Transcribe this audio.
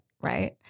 Right